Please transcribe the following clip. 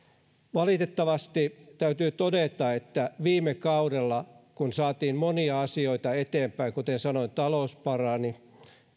valitettavasti täytyy todeta että viime kaudella kun saatiin monia asioita eteenpäin kuten sanoin talous parani